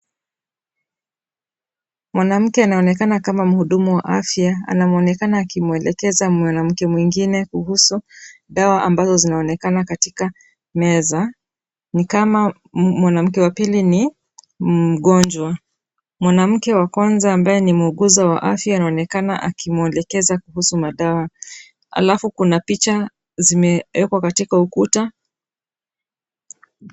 Mwanamke anaonekana kama muhudumu wa afya. Anaonekana akimwelekeza mwanamke mwingine kuhusu dawa ambazo zimeonekana katika meza .Nikama mwanamke wapili ni mgonjwa. Mwanamke wa kwanza ambaye ni muuguzi wa afya anaonekana akimwelekeza kuhusu madawa. Halafu kuna picha zimewekwa katika ukuta.